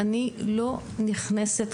אני לא נכנסת,